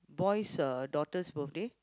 boys uh daughters birthday